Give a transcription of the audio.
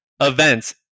events